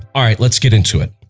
alright, let's get into it.